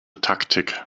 taktik